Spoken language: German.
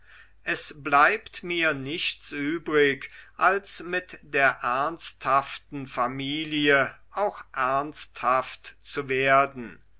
es bleibt mir nichts übrig als mit der ernsthaften familie auch ernsthaft zu werden